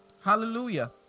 Hallelujah